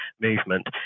movement